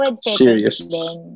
Serious